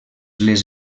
les